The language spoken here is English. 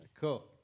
Cool